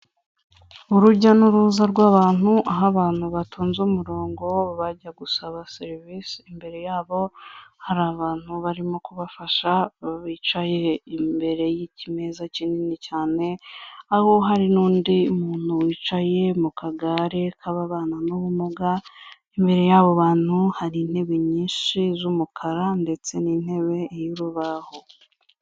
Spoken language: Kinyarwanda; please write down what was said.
Urujya n'uruza rw'abantu, aho abantu batunze umurongo bajya gusaba serivisi, imbere yabo hari abantu barimo kubafasha bicaye imbere y'ikimeza kinini cyane, aho hari n'undi muntu wicaye mu kagare k'ababana n'ubumuga imbere y'abo bantu hari intebe nyinshi z'umukara ndetse n'intebe y'urubaho.